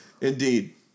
Indeed